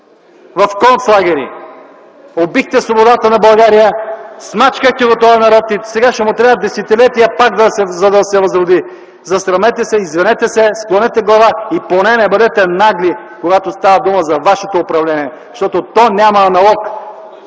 в концлагери? Убихте свободата на България, смачкахте тоя народ и сега ще му трябват десетилетия пак, за да се възроди. Засрамете се, извинете се, склонете глава и поне не бъдете нагли, когато става дума за вашето управление, защото то няма аналог.